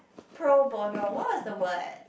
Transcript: pro bono what was the word